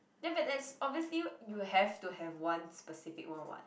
then but there's obviously you'll have to have one specific [one] [what]